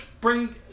bring